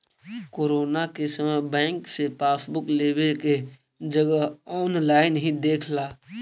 corona के समय bank से पासबुक लेवे के जगह ऑनलाइन ही देख ला